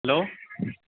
hello